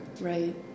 Right